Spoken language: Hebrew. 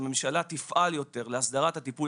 שהממשלה תפעל יותר להסדרת הטיפול,